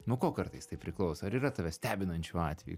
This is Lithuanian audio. nuo ko kartais tai priklauso ar yra tave stebinančių atvejų